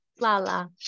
Lala